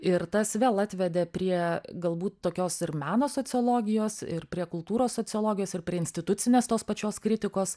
ir tas vėl atvedė prie galbūt tokios ir meno sociologijos ir prie kultūros sociologijos ir prie institucinės tos pačios kritikos